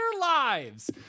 lives